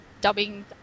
dubbing